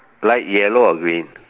light yellow or green